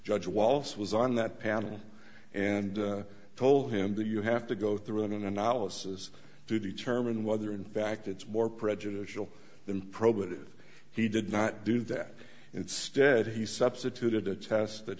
judge wallace was on that panel and told him that you have to go through an analysis to determine whether in fact it's more prejudicial than probative he did not do that instead he substituted a test that